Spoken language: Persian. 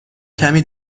کمی